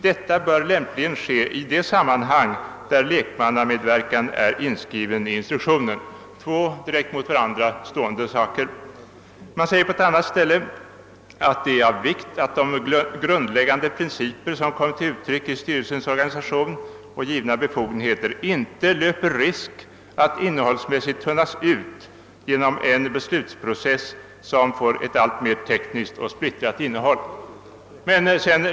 Detta bör lämpligen ske i de sammanhang där lekmannamedverkan är inskriven i in struktionen». Detta är två saker direkt strider mot varandra. På ett annat ställe säger man att det är av vikt att den »grundläggande princip som kommit till uttryck i styrelsens organisation och givna befogenheter inte löper risk att innehållsmässigt tunnas ut genom en beslutsprocess som får ett alltmer tekniskt och splittrat innehåll».